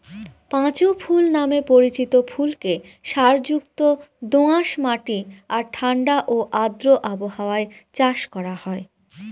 পাঁচু ফুল নামে পরিচিত ফুলকে সারযুক্ত দোআঁশ মাটি আর ঠাণ্ডা ও আর্দ্র আবহাওয়ায় চাষ করা হয়